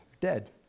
dead